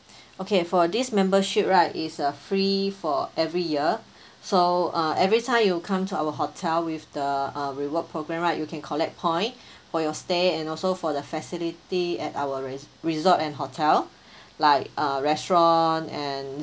okay for this membership right is a free for every year so uh every time you come to our hotel with the uh reward program right you can collect point for your stay and also for the facility at our re~ resort and hotel like uh restaurant and